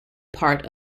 part